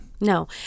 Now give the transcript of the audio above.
No